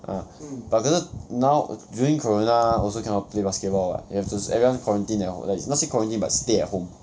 ah but 可是 now during corona also cannot play basketball what you have to s~ everyone quarantine at ho~ like not say quarantine but stay at home